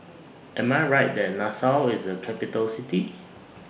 Am I Right that Nassau IS A Capital City